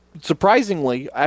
surprisingly